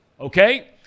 okay